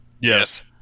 yes